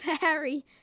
Harry